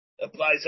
applies